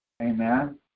Amen